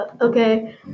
Okay